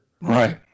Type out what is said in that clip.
Right